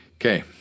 Okay